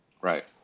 Right